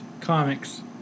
Comics